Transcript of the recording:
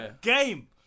game